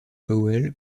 powell